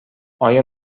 آیا